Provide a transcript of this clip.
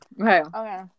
Okay